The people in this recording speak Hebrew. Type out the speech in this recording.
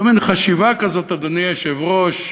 זה מין חשיבה כזאת, אדוני היושב-ראש,